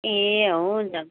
ए हुन्छ